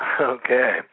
okay